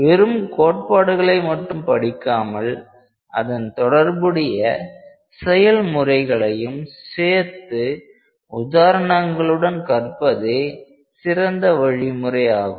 வெறும் கோட்பாடுகளை மட்டும் படிக்காமல் அதன் தொடர்புடைய செயல்முறைகளையும் சேர்ந்து உதாரணங்களுடன் கற்ப தே சிறந்த வழிமுறையாகும்